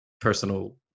personal